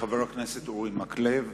חבר הכנסת אורי מקלב,